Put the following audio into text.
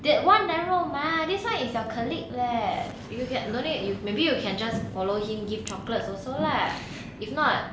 that [one] then 肉麻 this [one] is your colleague leh you can donate you maybe you can just follow him give chocolates also lah if not